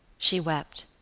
she wept.